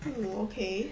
mm okay